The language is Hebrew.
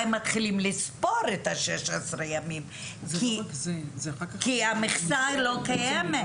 מתחילים לספור את ה-16 ימים כי המכסה לא קיימת.